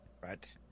Right